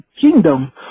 kingdom